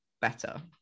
better